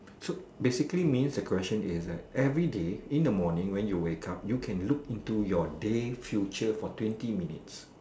so basically means the question is that every day in the morning when you wake up you can look into your day's future for twenty minutes